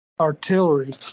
artillery